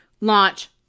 launch